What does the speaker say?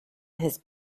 his